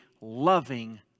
loving